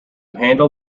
handle